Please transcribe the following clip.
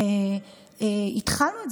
זה מתרחב.